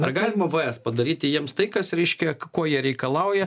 dar galima vs padaryti jiems tai kas reiškia ko jie reikalauja